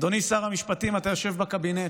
אדוני שר המשפטים, אתה יושב בקבינט.